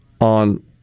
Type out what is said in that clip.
on